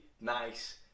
nice